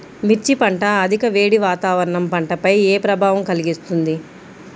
మిర్చి పంట అధిక వేడి వాతావరణం పంటపై ఏ ప్రభావం కలిగిస్తుంది?